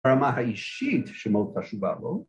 ‫הרמה האישית שמאות התשובה בו...